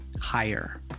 higher